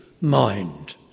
mind